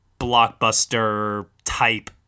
blockbuster-type